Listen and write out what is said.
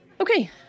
Okay